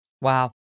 Wow